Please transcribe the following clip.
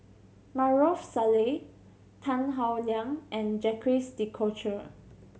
Maarof Salleh Tan Howe Liang and Jacques De Coutre